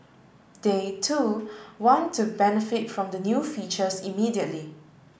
they too want to benefit from the new features immediately